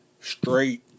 straight